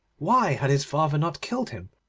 why had his father not killed him,